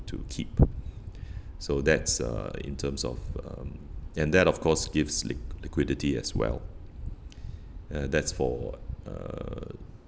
to keep so that's uh in terms of um and that of course gives liq~ liquidity as well ya that's for uh